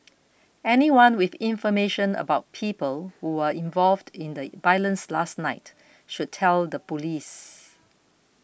anyone with information about people who were involved in the violence last night should tell the police